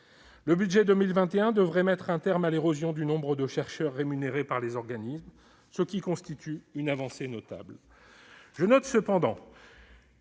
Le budget 2021 devrait mettre un terme à l'érosion du nombre de chercheurs rémunérés par les organismes, ce qui constitue une avancée notable. Je note cependant